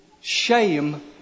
Shame